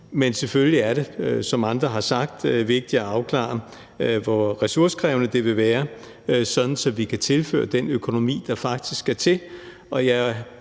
Men selvfølgelig er det, som andre har sagt, vigtigt at afklare, hvor ressourcekrævende det vil være, sådan at vi kan tilføre den økonomi, der faktisk skal til,